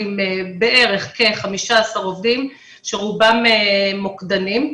עם בערך כ-15 עובדים שרובם מוקדנים.